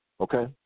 okay